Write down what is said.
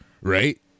right